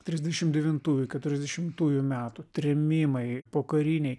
trisdešimt devintųjų keturiasdešimtųjų metų trėmimai pokariniai